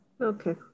Okay